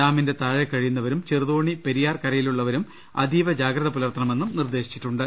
ഡാമിന്റെ താഴെ കഴിയുന്നവരും ചെറുതോണി പെരിയാർ കരയിലുള്ളവർ അതീജ ജാഗ്രത പുലർത്തണമെന്നും നിർദേശിച്ചിട്ടുണ്ട്